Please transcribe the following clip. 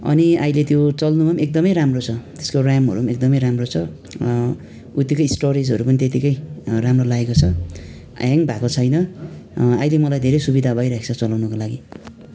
अनि अहिले त्यो चल्नुमा पनि एकदमै राम्रो छ त्यसको ऱ्यामहरू पनि एकदमै राम्रो छ उतिको स्टोरेजहरू पनि त्यतिकै राम्रो लागेको छ ह्याङ भएको छैन अहिले मलाई धेरै सुविधा भइरहेको छ चलाउनुको लागि